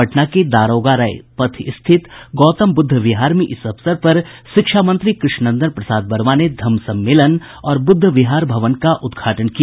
पटना के दारोगा राय पथ रिथत गौतम बुद्ध विहार में इस अवसर पर शिक्षा मंत्री कृष्णनंदन प्रसाद वर्मा ने धम्म सम्मेलन और बुद्ध विहार भवन का उद्घाटन किया